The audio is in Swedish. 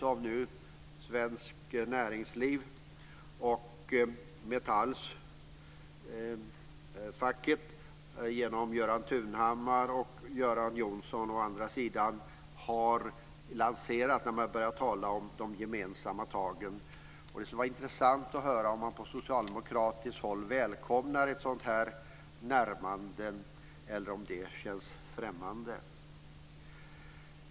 Nu har svenskt näringsliv och metallfacket genom Göran Tunhammar och Göran Johnsson lanserat begreppet de gemensamma tagen. Det vore intressant att höra om man från socialdemokraterna välkomnar ett sådant närmande eller om det känns främmande.